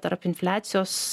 tarp infliacijos